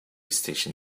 station